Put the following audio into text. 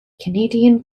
canadian